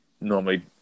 normally